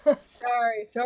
sorry